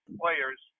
players